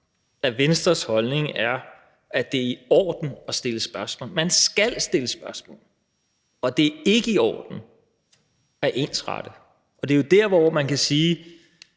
at Venstres holdning er, at det er i orden at stille spørgsmål. Man skal stille spørgsmål. Og det er ikke i orden at ensrette. Det er jo der, hvor man kan sige,